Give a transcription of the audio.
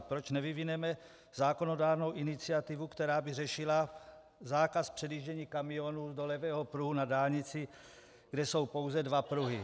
Proč nevyvineme zákonodárnou iniciativu, která by řešila zákaz předjíždění kamionů do levého pruhu na dálnici, kde jsou pouze dva pruhy?